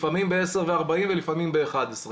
לפעמים בעשר וארבעים ולפעמים באחת עשרה.